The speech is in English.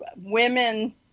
women